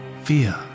fear